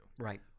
Right